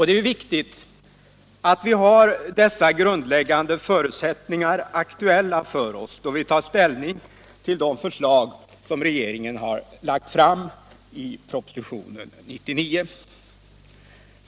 Det är viktigt att vi har dessa grundläggande förutsättningar aktuella för oss, då vi tar ställning till de förslag som regeringen har lagt fram i propositionen 99.